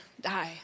die